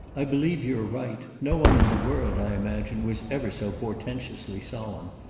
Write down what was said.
i believe you're right. no one in the world, i imagine, was ever so portentously solemn.